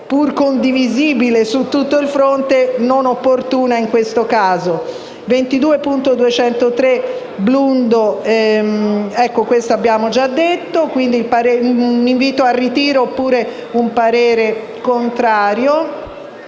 seppur condivisibile su tutto il fronte, non opportuna in questo caso.